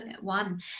one